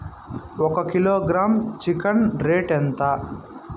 ఒక kilogram chicken rate ఎంత?